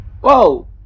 Whoa